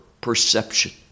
perception